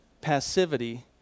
passivity